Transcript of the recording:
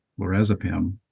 lorazepam